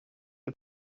the